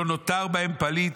לא נותר בהם פליט,